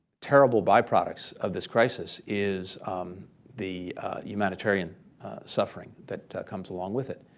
terrible byproducts of this crisis is the humanitarian suffering that comes along with it.